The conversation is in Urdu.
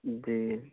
جی